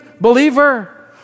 believer